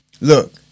Look